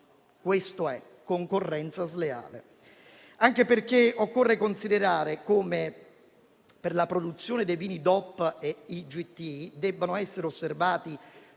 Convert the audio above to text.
Questo è: concorrenza sleale. Anche perché occorre considerare come per la produzione dei vini DOP e ad indicazione geografica